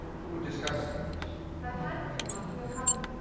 to discuss things i've heard what you want from your cousin